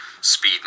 speed